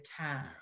time